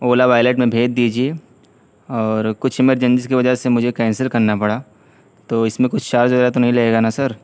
اولا wallet میں بھیج دیجیے اور کچھ ایمرجنسی کی وجہ سے مجھے کینسل کرنا پڑا تو اس میں کچھ چارج وغیرہ تو نہیں لگے گا نا سر